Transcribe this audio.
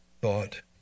thought